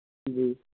جی